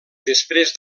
després